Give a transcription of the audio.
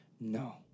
No